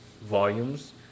volumes